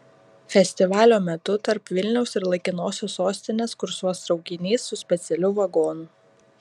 festivalio metu tarp vilniaus ir laikinosios sostinės kursuos traukinys su specialiu vagonu